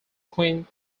queen